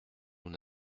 nous